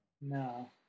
No